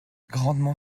grandement